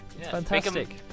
Fantastic